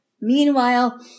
Meanwhile